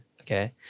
Okay